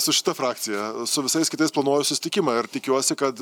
su šita frakcija su visais kitais planuoju susitikimą ir tikiuosi kad